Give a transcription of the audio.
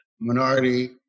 minority –